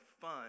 fun